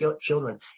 children